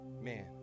man